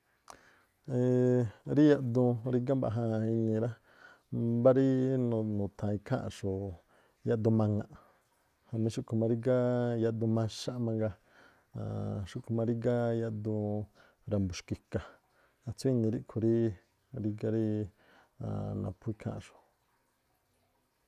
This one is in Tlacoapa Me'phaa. rí yaꞌduun rígá mbaꞌja enii rá, mbá ríí nu̱- nu̱thaa̱n ikháa̱nꞌxu̱ yaꞌduun maŋa̱ꞌ jamí xúꞌkhu̱ máá rígá yaꞌdu maxaꞌ mangaa, xúꞌkhu̱ máá rígá yaꞌduun ra̱mbu̱ xki̱ka̱. Atsú inii ríꞌkhui̱ rígá ríí naphú ikháa̱nꞌxu̱.